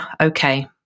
okay